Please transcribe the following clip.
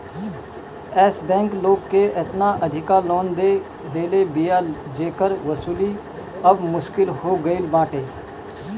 एश bank लोग के एतना अधिका लोन दे देले बिया जेकर वसूली अब मुश्किल हो गईल बाटे